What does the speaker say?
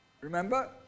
remember